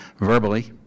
verbally